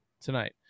tonight